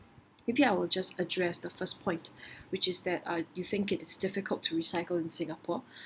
maybe I will just address the first point which is that uh you think it's difficult to recycle in singapore